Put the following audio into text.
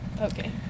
Okay